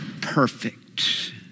perfect